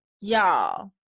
Y'all